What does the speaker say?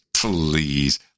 Please